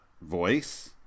voice